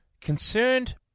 concerned